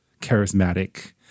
charismatic